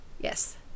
Yes